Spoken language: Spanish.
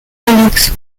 alex